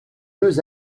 deux